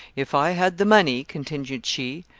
if i had the money, continued she,